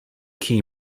key